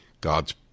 God's